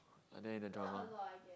and then in a drama